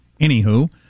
anywho